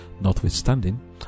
Notwithstanding